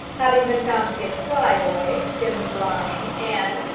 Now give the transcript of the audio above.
having been found to be a sly boy, given to lying, and,